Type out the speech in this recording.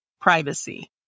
privacy